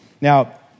Now